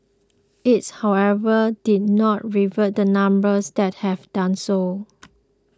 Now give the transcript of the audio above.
its however did not reveal the numbers that have done so